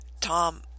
Tom